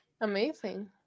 Amazing